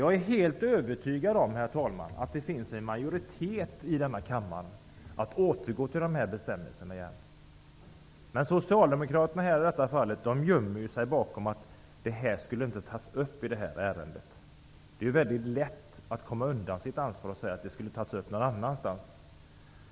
Jag är helt övertygad om att det finns en majoritet i denna kammare för att återgå till de gamla bestämmelserna. Men Socialdemokraterna gömmer sig bakom att den frågan inte skall tas upp i det här ärendet. Det är mycket lätt att komma undan sitt ansvar genom att säga den skall tas upp någon annanstans.